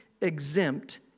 exempt